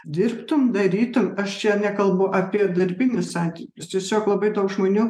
dirbtum darytum aš čia nekalbu apie darbinius santykius tiesiog labai daug žmonių